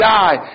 die